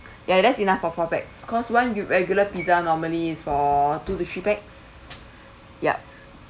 ya that's enough of four pax cause one regular pizza normally is for two to three pax yup